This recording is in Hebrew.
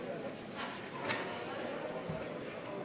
חברי הכנסת,